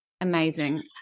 Amazing